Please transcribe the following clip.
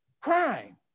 Crime